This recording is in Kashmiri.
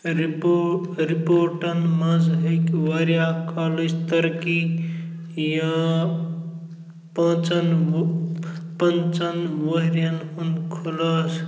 رپو رپورٹَن منٛز ہیٚکہِ واریاہ کالٕچ ترقی یا پانٛژن ؤ پانٛژَن ؤریَن ہُنٛد خُلاصہٕ